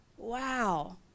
wow